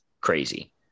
crazy